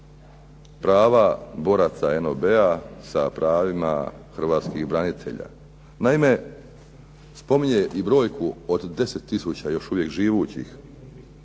prava boraca NOB-a sa pravima hrvatskih branitelja. Naime, spominje i brojku od 10 tisuća još uvijek živućih